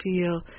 feel